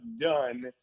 done